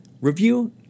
Review